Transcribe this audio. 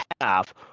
half